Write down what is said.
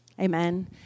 Amen